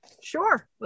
Sure